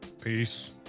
Peace